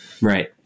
Right